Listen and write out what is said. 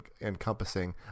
encompassing